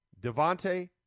Devontae